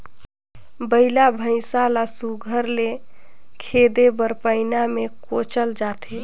बइला भइसा ल सुग्घर ले खेदे बर पैना मे कोचल जाथे